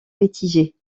mitigé